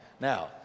Now